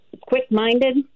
quick-minded